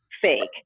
fake